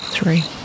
Three